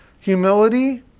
humility